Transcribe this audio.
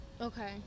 okay